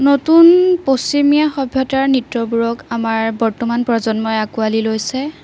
নতুন পশ্চিমীয়া সভ্যতাৰ নৃত্যবোৰক আমাৰ বৰ্তমান প্ৰজন্মই আঁকোৱালি লৈছে